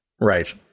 Right